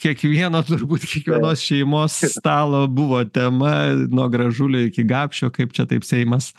kiekvieno turbūt kiekvienos šeimos stalo buvo tema nuo gražulio iki gapšio kaip čia taip seimas